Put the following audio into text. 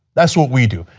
that's what we do.